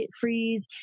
freeze